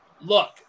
Look